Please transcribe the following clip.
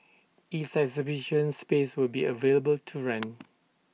its exhibition space will be available to rent